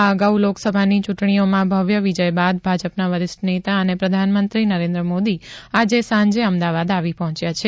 આ અગાઉ લોકસભાની ચૂંટણીઓમાં ભવ્ય વિજય બાદ ભાજપના વરિષ્ઠ નેતા અને પ્રધાનમંત્રી નરેન્દ્ર મોદી આજે સાંજે અમદાવાદ આવી પહોંચ્યા છે